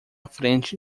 frente